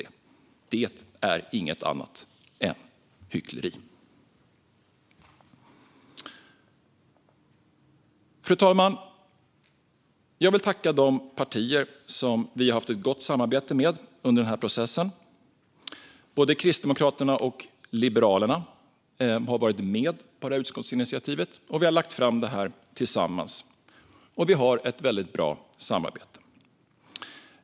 Det är inget annat än hyckleri. Fru talman! Jag vill tacka de partier som vi har haft ett gott samarbete med under processen. Både Kristdemokraterna och Liberalerna har varit med på det här utskottsinitiativet, och vi har lagt fram det tillsammans. Vi har ett väldigt bra samarbete.